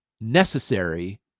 necessary